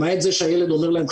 למעט זה שהילד אומר להם,